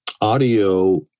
audio